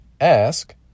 ask